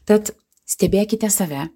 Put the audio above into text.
tad stebėkite save